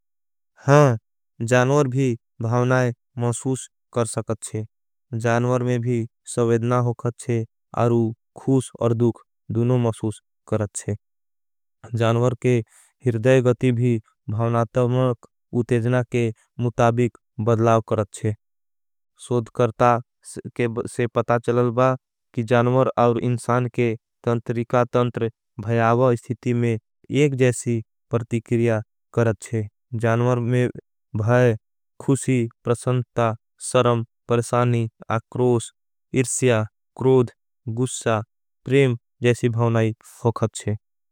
हाँ, जानवर भी भावनाय मशूष कर सकते हैं, जानवर में भी सवेदना होकते हैं। आरु खूष और दूख दूनों मशूष करते हैं। जानवर के हिर्दय गति भी भावनात्तवनक उतेजना के मुताबिक बदलाव करते हैं। सोध करता से पता चलल बा कि जानवर और इंसान के तंत्रिका तंत्र भयाव स्थिति में एक जैसी परतिक्रिया करते हैं। जानवर में भय, खुशी, प्रसंत्ता, सरम, परसानी, आक्रोष, इरसिया, क्रोध, गुशा, प्रेम जैसी भावनाय होकते हैं।